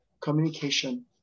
communication